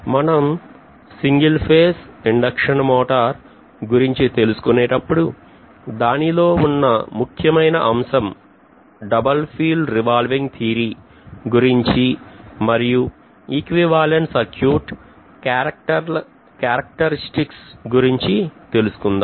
మనం single phase induction motor గురించి తెలుసుకునే టప్పుడు దానిలో ఉన్న ముఖ్యమైన అంశం డబల్ ఫీల్డ్ రివాల్వింగ్ థియరీ గురించి మరియు సరిసమానమైన సర్క్యూట్ characteristics గురించి తెలుసుకుందాం